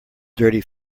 dirty